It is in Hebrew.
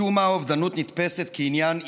משום מה, אובדנות נתפסת כעניין אישי,